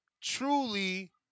truly